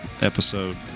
episode